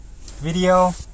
Video